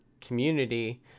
community